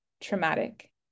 traumatic